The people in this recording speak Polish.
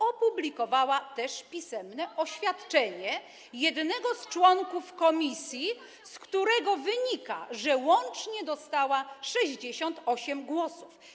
opublikowała też pisemne oświadczenie jednego z członków komisji, z którego wynika, że łącznie dostała 68 głosów.